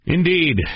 Indeed